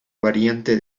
variante